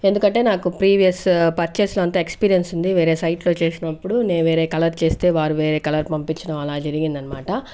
ఎందుకంటే నాకు ప్రీవియస్ పర్చేస్లో అంత ఎక్స్పీరియన్స్ ఉంది వేరే సైట్లో చేసినప్పుడు నేను వేరే కలర్ చేస్తే వారు వేరే కలర్ పంపించడం అలా జరిగింది అనమాట